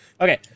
Okay